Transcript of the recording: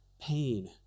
pain